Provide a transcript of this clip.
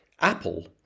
Apple